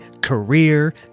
career